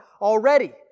already